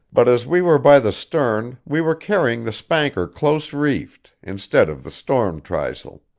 but as we were by the stern we were carrying the spanker close reefed instead of the storm trysail.